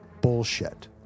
bullshit